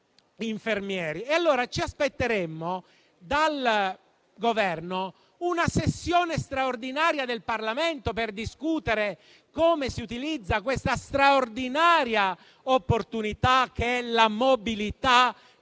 ci aspetteremmo dal Governo una sessione straordinaria del Parlamento per discutere come si utilizza questa straordinaria opportunità che è la mobilità da